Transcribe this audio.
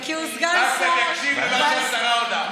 כי הוא סגן שר, תקשיב למה שהשרה עונה.